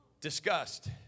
disgust